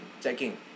checking